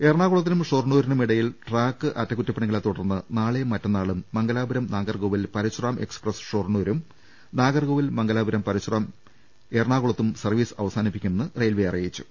എറണാകുളത്തിനും ഷൊർണൂരിനും ഇടയിൽ ട്രാക്ക് അറ്റ കുറ്റപണിക്ളെ ്തുടർന്ന് നാളെയും മറ്റന്നാളും മംഗലാപുരം നാഗർകോവിൽ പരശുറാം എക്സ്പ്രസ് ഷൊർണൂരും നാഗർകോവിൽ മംഗലാപുരം പരശുറാം എറണാകുളത്തും സർവീസ് അവസാനിപ്പിക്കുമെന്ന് റെയിൽവെ അറിയിച്ചു